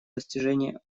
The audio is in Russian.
достижении